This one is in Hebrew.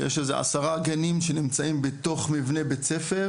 יש איזה 10 גנים שנמצאים בתוך מבנה בית ספר